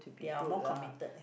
they are more committed leh